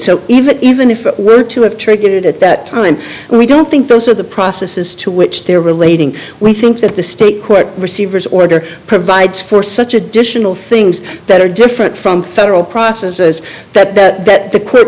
so even even if it were to have triggered it at that time we don't think those are the processes to which they're relating we think that the state court receivers order provides for such additional things that are different from federal processes that the clip that the